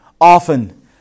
Often